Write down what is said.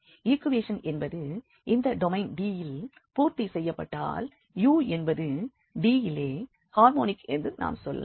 equation என்பது இந்த domain D யில் பூர்த்தி செய்யப்பட்டால் u என்பது D யிலே ஹார்மோனிக் என்று நாம் சொல்லலாம்